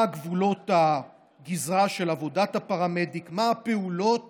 מה גבולות הגזרה של עבודת הפרמדיק, מה הפעולות